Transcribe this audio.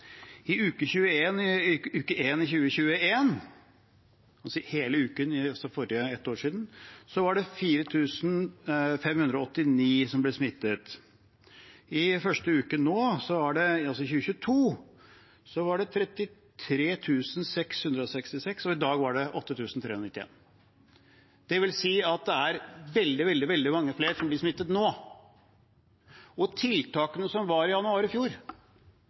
I uke 1 i 2021, altså hele uken for ett år siden, var det 4 589 som ble smittet. I første uke nå i 2022 var det 33 666, og i dag var det 8 391. Det vil si at det er veldig, veldig mange flere som blir smittet nå. Tiltakene som var i januar i fjor,